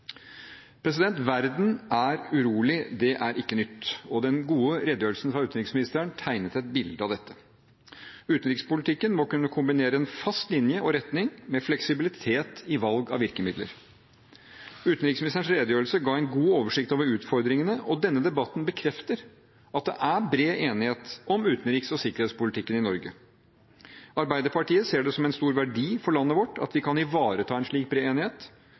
Verden er urolig – det er ikke nytt. Den gode redegjørelsen fra utenriksministeren tegnet et bilde av dette. Utenrikspolitikken må kunne kombinere en fast linje og retning med fleksibilitet i valg av virkemidler. Utenriksministerens redegjørelse ga en god oversikt over utfordringene, og denne debatten bekrefter at det er bred enighet om utenriks- og sikkerhetspolitikken i Norge. Arbeiderpartiet ser det som en stor verdi for landet vårt at vi kan ivareta en slik bred enighet,